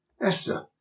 Esther